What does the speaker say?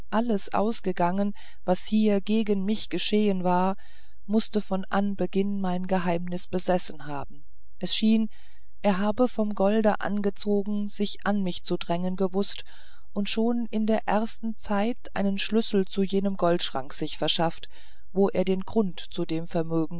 alles ausgegangen was hier gegen mich geschehen war mußte von anbeginn mein geheimnis besessen haben es schien er habe vom golde angezogen sich an mich zu drängen gewußt und schon in der ersten zeit einen schlüssel zu jenem goldschrank sich verschafft wo er den grund zu dem vermögen